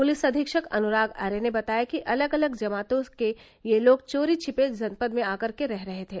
police अधीक्षक अनुराग आर्य ने बताया कि अलग अलग जमातों के ये लोग चोरी छिपे जनपद में आकर रह रहे थे